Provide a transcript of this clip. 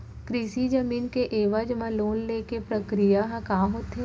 कृषि जमीन के एवज म लोन ले के प्रक्रिया ह का होथे?